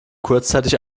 kurzzeitig